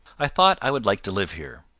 i thought i would like to live here.